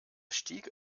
stieg